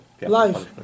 life